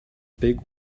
big